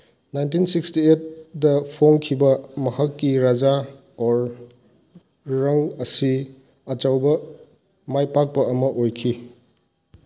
nineteen sixty ꯑꯩꯠꯗ ꯐꯣꯡꯈꯤꯕ ꯃꯍꯥꯛꯀꯤ ꯔꯖꯥ ꯑꯣꯔꯪ ꯑꯁꯤ ꯑꯆꯧꯕ ꯃꯥꯏ ꯄꯥꯛꯄ ꯑꯃ ꯑꯣꯏꯈꯤ